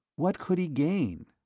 what could he gain?